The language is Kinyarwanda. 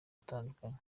atandukanye